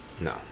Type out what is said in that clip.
No